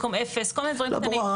כל מיני דברים קטנים.